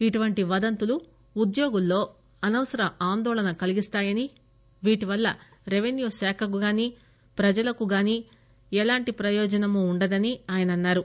ఇటువంటి వదంతులు ఉద్యోగుల్లో అనవసర ఆందోళలు కలిగిస్తాయని దీనివల్ల రెవెన్యూ శాఖకు గానీ ప్రజలకు గానీ ఎలాంటి ప్రయోజనం ఉండదని ఆయన అన్నారు